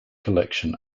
collection